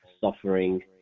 suffering